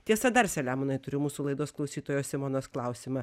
tiesa dar saliamonai turiu mūsų laidos klausytojos simonos klausimą